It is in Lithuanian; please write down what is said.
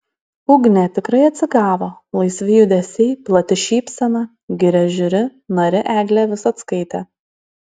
ugnė tikrai atsigavo laisvi judesiai plati šypsena giria žiuri narė eglė visockaitė